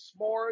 S'mores